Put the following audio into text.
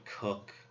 Cook